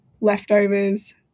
leftovers